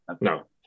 No